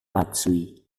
matsui